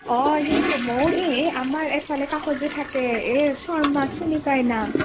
অঁ সেয়েতো মউ সেয়ে আমাৰ এফালে কাষত যে থাকে এ শৰ্মাক চিনি পায় না